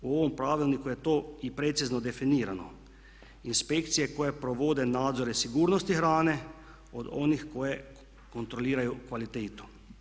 U ovom pravilniku je to i precizno definirano, inspekcije koje provode nadzore sigurnosti hrane od onih koje kontroliraju kvalitetu.